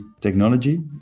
technology